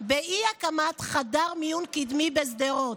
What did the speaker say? באי-הקמת חדר מיון קדמי בשדרות: